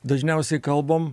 dažniausiai kalbam